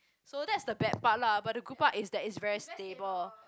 so that is the bad part lah but the good part that it's very stable